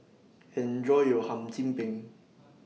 Enjoy your Hum Chim Peng